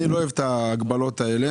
אבל אני לא אוהב את ההגבלות האלה.